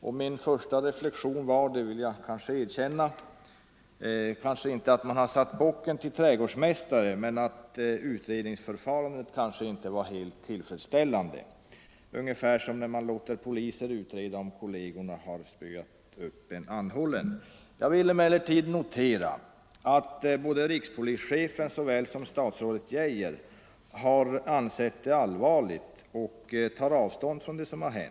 Jag vill erkänna att min första reflexion kanske inte var att man satt bocken till trädgårdsmästare men att utredningsförfarandet kanske inte varit helt tillfredsställande — ungefär som när man låter poliser utreda, om kollegerna har spöat upp en anhållen. Jag ville emellertid notera att såväl rikspolischefen som statsrådet Geijer har ansett det inträffade vara allvarligt och att de tar avstånd från det som har hänt.